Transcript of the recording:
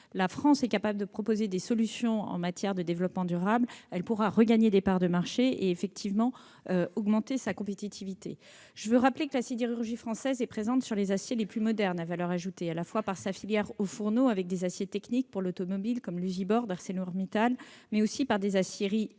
la France est capable de proposer des solutions en la matière, elle pourra regagner des parts de marché et, en effet, augmenter sa compétitivité. Je tiens à le rappeler, la sidérurgie française est présente sur les aciers les plus modernes à valeur ajoutée à la fois par sa filière des hauts-fourneaux, avec des aciers techniques pour l'automobile, comme Usibor d'ArcelorMittal, par des aciéries électriques